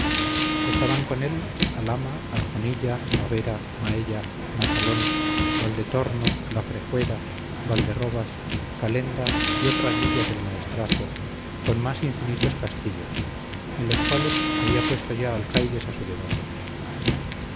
estaban por él alhama arjonilla favera maella macalón valdetorno la frejueda valderobas calenda y otras villas del maestrazgo con más infinitos castillos en los cuales había puesto ya alcaides a su devoción